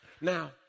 Now